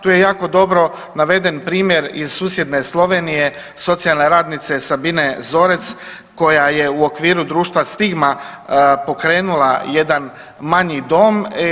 Tu je jako dobro naveden primjer iz susjedne Slovenije socijalne radnice Sabine Zorec koja je u okviru društva Stigma pokrenula jedan manji dom.